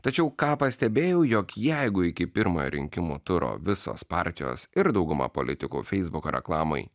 tačiau ką pastebėjau jog jeigu iki pirmojo rinkimų turo visos partijos ir dauguma politikų feisbuko reklamai